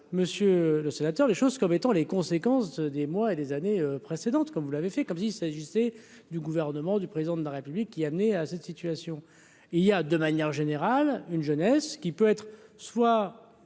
monsieur le sénateur, les choses comme étant les conséquences des mois et des années précédentes, comme vous l'avez fait comme s'il s'agissait du gouvernement du président de la République qui a amené à cette situation, il y a de manière générale, une jeunesse qui peut être soit